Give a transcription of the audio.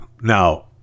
Now